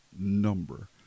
number